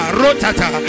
rotata